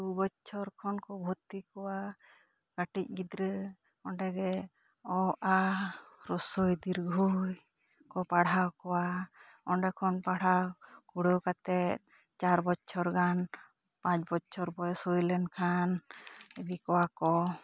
ᱫᱩ ᱵᱚᱪᱷᱚᱨ ᱠᱷᱚᱱ ᱠᱚ ᱵᱷᱩᱨᱛᱤ ᱠᱚᱣᱟ ᱠᱟᱹᱴᱤᱡ ᱜᱤᱫᱽᱨᱟᱹ ᱚᱸᱰᱮ ᱜᱮ ᱚ ᱟ ᱨᱳᱥᱥᱚᱭ ᱫᱤᱨᱜᱷᱟᱹᱭ ᱠᱚ ᱯᱟᱲᱦᱟᱣ ᱠᱚᱣᱟ ᱚᱸᱰᱮ ᱠᱷᱚᱱ ᱯᱟᱲᱦᱟᱣ ᱯᱩᱨᱟᱹᱣ ᱠᱟᱛᱮᱜ ᱪᱟᱨ ᱵᱚᱪᱷᱚᱨ ᱜᱟᱱ ᱯᱟᱸᱪ ᱵᱚᱪᱷᱚᱨ ᱵᱚᱭᱚᱥ ᱦᱳᱭᱞᱮᱱ ᱠᱷᱟᱱ ᱤᱫᱤ ᱠᱚᱣᱟ ᱠᱚ